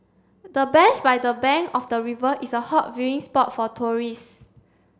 the bench by the bank of the river is a hot viewing spot for tourist